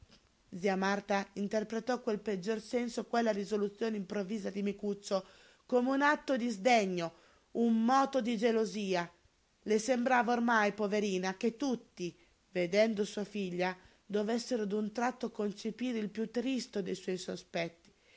zia marta interpretò nel peggior senso quella risoluzione improvvisa di micuccio come un atto di sdegno un moto di gelosia le sembrava ormai poverina che tutti vedendo sua figlia dovessero d'un tratto concepire il piú tristo dei sospetti